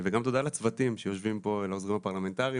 וגם תודה לצוותים שיושבים פה ולעוזרים הפרלמנטריים